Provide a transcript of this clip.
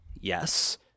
Yes